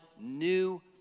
new